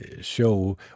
show